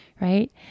right